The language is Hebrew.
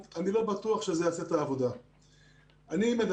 אני לא בטוח שזה יעשה את העבודה.